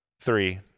Three